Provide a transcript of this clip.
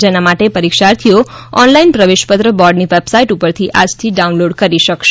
જેના માટે પરીક્ષાર્થીઓ ઓનલાઇન પ્રવેશપત્ર બોર્ડની વેબસાઇટ ઉપરથી આજથી ડાઉનલોર્ડ કરી શકાશે